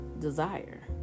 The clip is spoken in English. desire